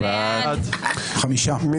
מי